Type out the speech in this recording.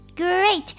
Great